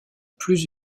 plus